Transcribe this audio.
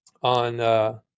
on